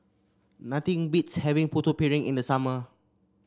nothing beats having Putu Piring in the summer